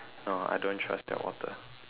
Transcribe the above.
no I don't trust their water